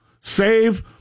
save